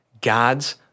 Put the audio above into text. God's